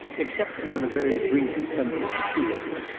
excepting on a very brilliant sunday at the tuilleries,